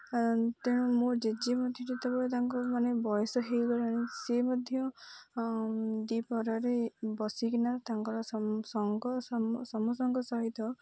ତେଣୁ ମୋ ଜେଜେ ମଧ୍ୟ ଯେତେବେଳେ ତାଙ୍କ ମାନେ ବୟସ ହୋଇଗଲାଣି ସେ ମଧ୍ୟ ଦୁଇପହରରେ ବସିକିନା ତାଙ୍କର ସାଙ୍ଗ ସମସ୍ତଙ୍କ ସହିତ